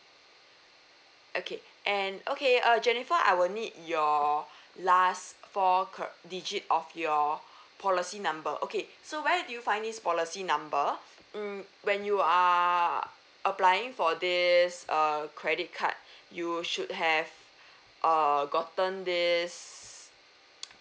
okay and okay uh jennifer I will need your last four charac~ digit of your policy number okay so where do you find this policy number mm when you are applying for this err credit card you should have err gotten this